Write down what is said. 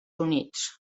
units